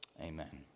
amen